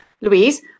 Louise